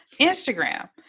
Instagram